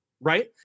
Right